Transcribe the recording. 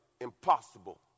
impossible